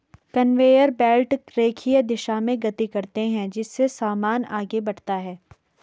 conveyor belt रेखीय दिशा में गति करते हैं जिससे सामान आगे बढ़ता है